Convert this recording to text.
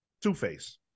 two-face